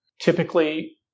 Typically